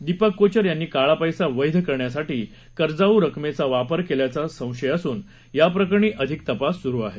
दीपक कोचर यांनी काळा पैसा वैध करण्यासाठी कर्जाऊ रकमेचा वापर केल्याचा संशय असून या प्रकरणी अधिक तपास सुरू आहे